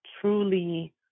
truly